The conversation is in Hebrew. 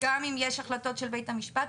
אם יש החלטות של בית משפט,